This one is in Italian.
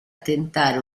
tentare